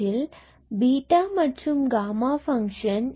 இது பீட்டா மற்றும் gamma function கொண்டதாகும்